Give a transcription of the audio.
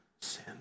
sin